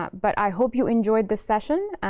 but i hope you enjoyed this session.